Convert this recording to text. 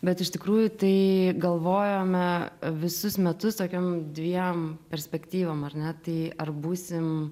bet iš tikrųjų tai galvojome visus metus tokiom dviem perspektyvom ar ne tai ar būsim